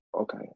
Okay